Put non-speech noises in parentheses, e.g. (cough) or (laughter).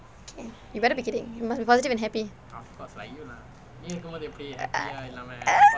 okay you better be kidding you must be positive and happy (noise)